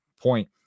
point